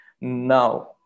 Now